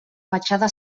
fatxada